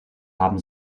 haben